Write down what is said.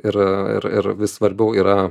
ir ir ir vis svarbiau yra